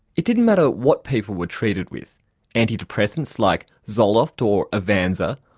it didn't matter what people were treated with antidepressants like zoloft or avanza,